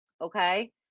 okay